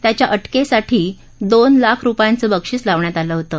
त्याच्या अटक्साठी दोन लाख रुपायांचं बक्षीस लावण्यात आलं होतं